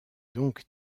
donc